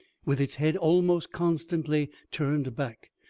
with its head almost constantly turned back,